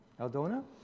Aldona